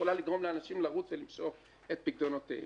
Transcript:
יכולה לגרום לאנשים לרוץ ולמשוך את פיקדונותיהם.